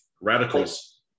Radicals